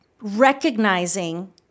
recognizing